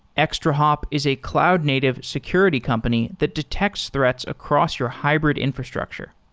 extrahop is a cloud-native security company that detects threats across your hybrid infrastructure.